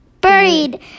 buried